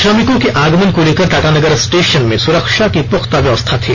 श्रमिकों के आगमन को लेकर टाटानगर स्टेशन में सुरक्षा की पुख्ता व्यवस्था दिखी